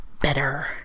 better